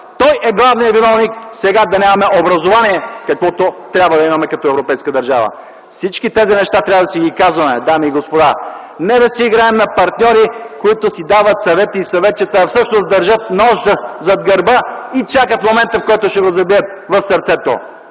Той е главният виновник сега да нямаме образование, каквото трябва да имаме като европейска държава. Всички тези неща трябва да си ги казваме, дами и господа, не да си играем на партньори, които си дават съвети и съветчета, а всъщност държат нож зад гърба и чакат момента, в който ще го забият в сърцето.